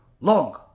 long